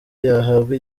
yahabwa